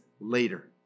later